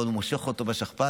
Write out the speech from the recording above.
ועוד הוא מושך אותו בשכפ"ץ,